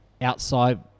outside